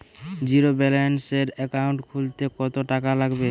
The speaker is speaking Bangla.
জিরোব্যেলেন্সের একাউন্ট খুলতে কত টাকা লাগবে?